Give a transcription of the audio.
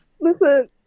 Listen